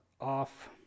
off